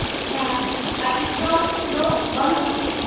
ᱦᱮᱸ ᱟᱨ ᱰᱤᱥᱠᱟᱣᱩᱱᱴ ᱫᱚ ᱵᱟᱹᱱᱩᱜᱼᱟ